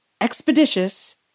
expeditious